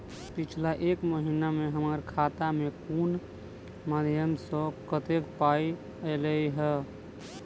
पिछला एक महीना मे हम्मर खाता मे कुन मध्यमे सऽ कत्तेक पाई ऐलई ह?